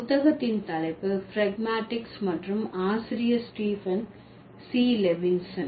புத்தகத்தின் தலைப்பு பிராக்மேடிக்ஸ் மற்றும் ஆசிரியர் ஸ்டீபன் சி லெவின்சன்